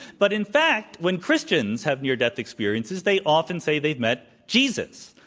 but in fact, when christians have near-death experiences, they often say they've met jesus.